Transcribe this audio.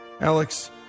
Alex